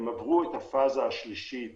הם עברו את הפאזה השלישית